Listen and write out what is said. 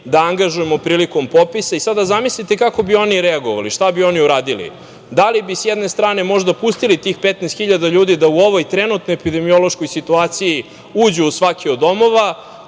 da angažujemo prilikom popisa i sad zamislite kako bi oni reagovali, šta bi oni uradili? Da li bi sa jedne strane možda pustili tih 15 hiljada ljudi da u ovoj trenutnoj epidemiološkoj situaciji uđu u svaki od domova